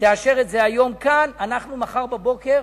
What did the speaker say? תאשר את זה היום כאן, אנחנו מחר בבוקר